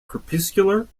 crepuscular